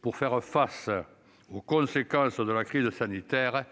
pour faire face aux conséquences de la crise sanitaire,